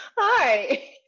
hi